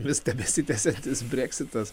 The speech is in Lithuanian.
vis tebesitęsiantis breksitas